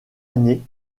année